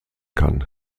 kann